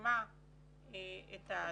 שנשמע את הדברים.